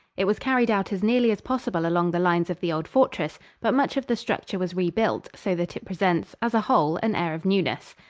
it was carried out as nearly as possible along the lines of the old fortress, but much of the structure was rebuilt, so that it presents, as a whole, an air of newness.